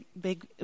big